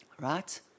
Right